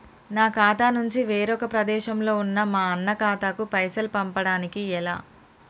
నా ఖాతా నుంచి వేరొక ప్రదేశంలో ఉన్న మా అన్న ఖాతాకు పైసలు పంపడానికి ఎలా?